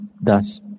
thus